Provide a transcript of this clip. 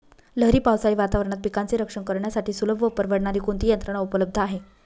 लहरी पावसाळी वातावरणात पिकांचे रक्षण करण्यासाठी सुलभ व परवडणारी कोणती यंत्रणा उपलब्ध आहे?